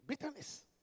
Bitterness